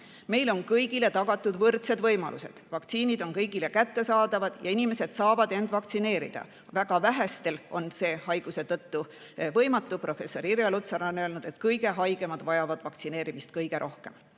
Meil on kõigile tagatud võrdsed võimalused, vaktsiinid on kõigile kättesaadavad ja inimesed saavad lasta end vaktsineerida. Väga vähestel on see haiguse tõttu võimatu. Professor Irja Lutsar on öelnud, et kõige haigemad vajavad vaktsineerimist kõige rohkem.